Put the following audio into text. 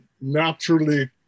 naturally